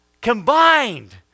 combined